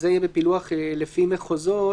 הזה יהיה בפילוח לפי מחוזות,